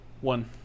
one